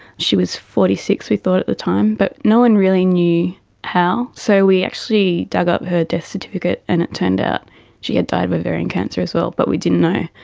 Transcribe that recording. she was forty six we thought the time, but no one really knew how. so we actually dug up her death certificate and it turned out she had died of ovarian cancer as well but we didn't know.